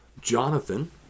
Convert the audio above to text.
Jonathan